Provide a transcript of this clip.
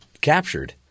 captured